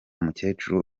mukecuru